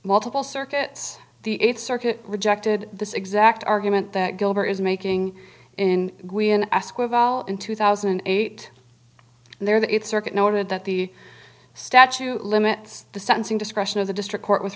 multiple circuits the eighth circuit rejected this exact argument that gilmer is making in in two thousand and eight there that circuit noted that the statute limits the sentencing discretion of the district court with